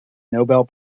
nobel